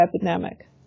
epidemic